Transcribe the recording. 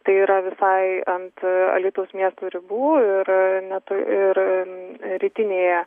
tai yra visai ant alytaus miesto ribų ir net ir rytinėje